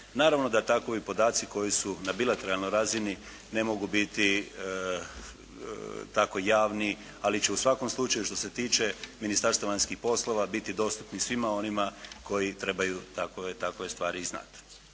Naravno da takovi podaci koji su na bilateralnoj razini ne mogu biti tako javni, ali će u svakom slučaju što se tiče Ministarstva vanjskih poslova biti dostupni svima onima koji trebaju takove stvari i znati.